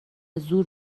زور